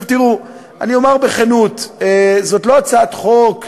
אני אומר בכנות שזו לא הצעת חוק יומרנית,